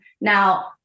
Now